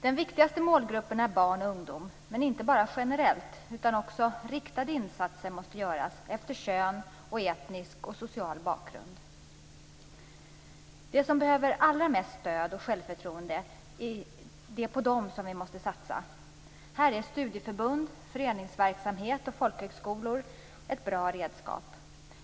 Den viktigaste målgruppen är barn och ungdom, men inte bara generellt. Riktade insatser måste också göras efter kön samt etnisk och social bakgrund. Det är på dem som behöver allra mest stöd och självförtroende vi måste satsa. Här är studieförbund, föreningsverksamhet och folkhögskolor ett bra redskap.